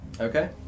Okay